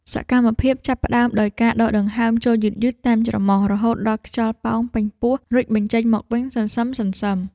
សកម្មភាពចាប់ផ្ដើមដោយការដកដង្ហើមចូលយឺតៗតាមច្រមុះ រហូតដល់ខ្យល់ប៉ោងពេញពោះ រួចបញ្ចេញមកវិញសន្សឹមៗ។